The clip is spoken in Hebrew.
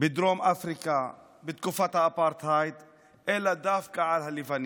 בדרום אפריקה בתקופת האפרטהייד אלא דווקא על הלבנים.